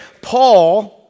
Paul